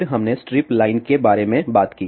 फिर हमने strip line के बारे में बात की